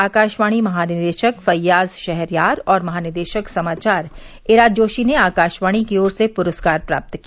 आकाशवाणी महानिदेशक फैय्याज शहरयार और महानिदेशक समाचार इरा जोशी ने आकाशवाणी की ओर से पुरस्कार प्राप्त किया